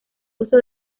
uso